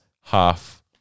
half